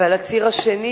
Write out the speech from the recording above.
ועל הציר השני,